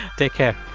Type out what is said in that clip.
take care